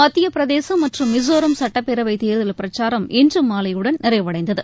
மத்திய பிரதேசம் மற்றும் மிசோராம் சட்டப்பேரவைத் தேர்தல் பிரச்சாரம் இன்று மாலையுடன் நிறைவடைந்தது